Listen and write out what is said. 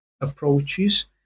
approaches